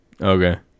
okay